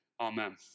amen